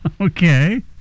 Okay